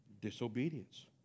Disobedience